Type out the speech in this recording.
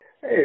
Hey